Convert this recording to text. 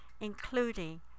including